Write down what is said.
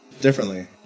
differently